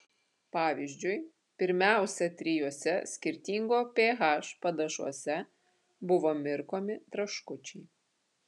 pavyzdžiui pirmiausia trijuose skirtingo ph padažuose buvo mirkomi traškučiai